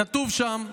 כתוב שם,